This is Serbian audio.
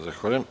Zahvaljujem.